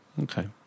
Okay